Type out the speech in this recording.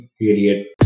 period